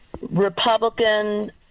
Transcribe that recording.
Republican